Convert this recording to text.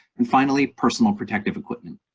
and finally personal protective equipment,